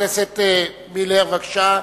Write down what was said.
חבר הכנסת מילר, בבקשה.